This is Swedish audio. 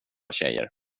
tjejer